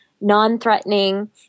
non-threatening